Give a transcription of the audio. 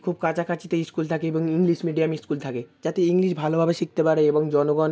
খুব কাছাকাছিতে স্কুল থাকে এবং ইংলিশ মিডিয়াম স্কুল থাকে যাতে ইংলিশ ভালোভাবে শিখতে পারে এবং জনগণ